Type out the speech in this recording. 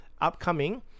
upcoming